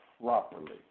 properly